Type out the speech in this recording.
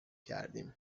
کردیم